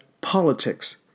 politics